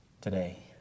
today